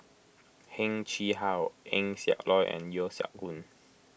Heng Chee How Eng Siak Loy and Yeo Siak Goon